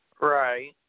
Right